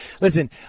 listen